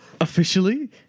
officially